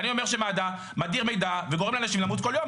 אני אומר שמד"א מדיר מידע וגורם לאנשים למות כל יום,